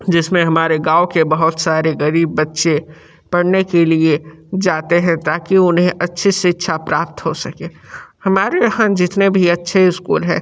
जिसमें हमारे गाँव के बहुत सारे गरीब बच्चे पढ़ने के लिए जाते हैं ताकि उन्हें अच्छी शिक्षा प्राप्त हो सके हमारे यहाँ जितने भी अच्छे स्कूल हैं